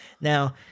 Now